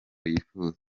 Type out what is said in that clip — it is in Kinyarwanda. yifuza